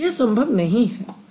यह संभव नहीं है